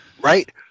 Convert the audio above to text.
Right